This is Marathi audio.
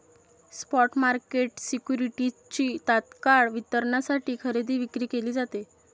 स्पॉट मार्केट सिक्युरिटीजची तत्काळ वितरणासाठी खरेदी विक्री केली जाते